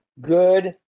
good